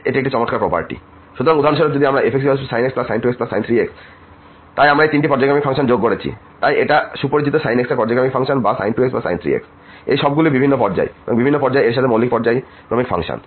সুতরাং উদাহরণস্বরূপ যদি আমরা fxsin x sin 2x sin 3x তাই আমরা তিনটি পর্যায়ক্রমিক ফাংশন যোগ করেছি তাই এটা সুপরিচিত sin x একটি পর্যায়ক্রমিক ফাংশন বা sin 2x অথবা sin 3x এই সবগুলি বিভিন্ন পর্যায় বিভিন্ন পর্যায় এর সাথে মৌলিক পর্যায়ক্রমিক ফাংশন